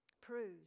Proves